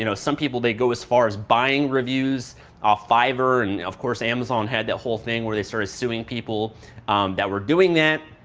you know some people, they go as far as buying reviews off fiverr and of course amazon had the whole thing where they started suing people that were doing that.